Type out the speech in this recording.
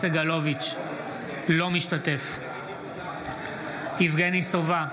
סגלוביץ' אינו משתתף בהצבעה יבגני סובה,